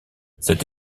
cette